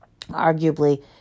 Arguably